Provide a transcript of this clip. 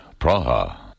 Praha